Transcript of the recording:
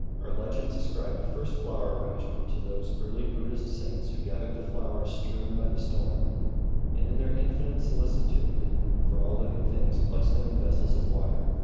our legends ascribe the first flower arrangement to those early buddhist saints who gathered the flowers strewn by the storm and, in their infinite solicitude for all living things, placed them in vessels of water.